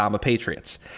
Patriots